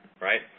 right